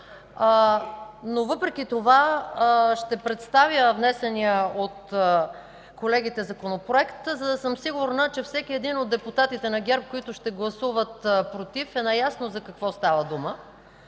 но въпреки това ще представя внесения от колегите Законопроект, за да съм сигурна, че всеки един от депутатите на ГЕРБ, които ще гласуват „против”, е наясно за какво става дума.